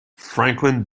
franklin